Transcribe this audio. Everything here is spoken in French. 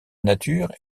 nature